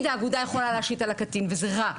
האגודה יכולה להשית על הקטין וזה רע,